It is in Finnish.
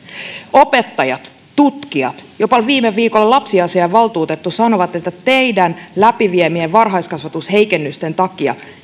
opettajat tutkijat jopa viime viikolla lapsiasiainvaltuutettu sanoivat että teidän läpiviemienne varhaiskasvatusheikennysten takia